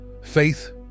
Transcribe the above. Faith